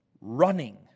running